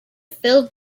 phil